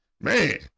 Man